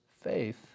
faith